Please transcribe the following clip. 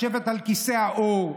לשבת על כיסא העור,